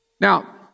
Now